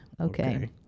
Okay